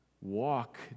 walk